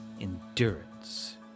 endurance